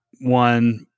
One